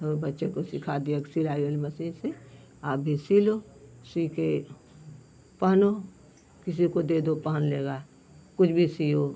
तो बच्चों को सिखा दिया कि सिलाई वाली मसीन से आप भी सीलो सीकर पहनो किसी को दे दो पहन लेगा कुछ भी सियो